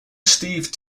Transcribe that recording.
steve